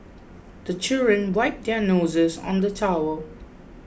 the children wipe their noses on the towel